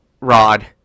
rod